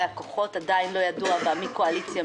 הכוחות עדיין לא ידוע בה מי קואליציה,